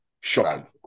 Shocking